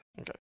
Okay